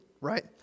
right